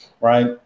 right